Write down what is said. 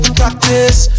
practice